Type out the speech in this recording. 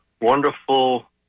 wonderful